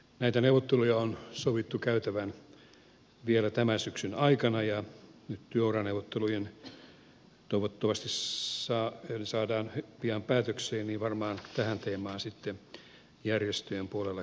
näitä neuvotteluja on sovittu käytävän vielä tämän syksyn aikana ja nyt työuraneuvotteluissa toivottavasti ne saadaan pian päätökseen varmaan tähän teemaan sitten järjestöjen puolella keskitytään